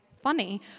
funny